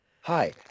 Hi